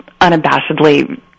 unabashedly